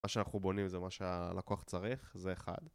מה שאנחנו בונים זה מה שהלקוח צריך, זה אחד